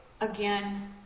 again